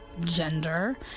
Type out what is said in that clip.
gender